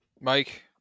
Mike